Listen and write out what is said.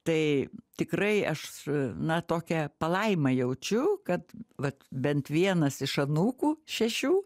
tai tikrai aš na tokią palaimą jaučiu kad vat bent vienas iš anūkų šešių